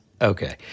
Okay